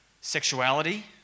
sexuality